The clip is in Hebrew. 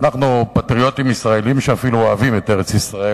אנחנו פטריוטים ישראלים שאפילו אוהבים את ארץ-ישראל.